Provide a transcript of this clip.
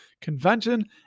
convention